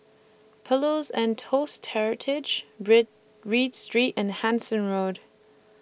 Pillows and Toast Heritage Bread Read Street and Hansen Road